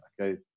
okay